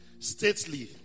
Stately